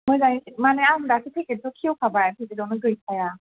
मोजाङै माने आं दासो पेकेटखौ खेवखाबाय पेकेटावनो गैखाया